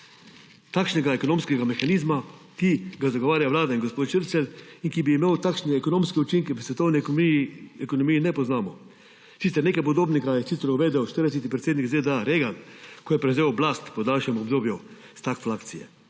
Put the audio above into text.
takšnega ekonomske mehanizma, ki ga zagovarjata Vlada in gospod Šircelj in ki bi imel takšne ekonomske učinke v svetovni ekonomiji, ne poznamo. Sicer nekaj podobnega je sicer uvedel 40. predsednik ZDA Reagan, ko je prevzel oblast po daljšem obdobju stagflacije.